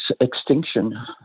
extinction